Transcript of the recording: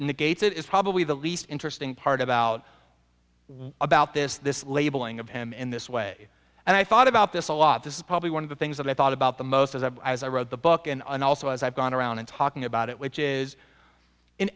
negates it is probably the least interesting part about what about this this labeling of him in this way and i thought about this a lot this is probably one of the things that i thought about the most as i as i wrote the book and and also as i've gone around and talking about it which is in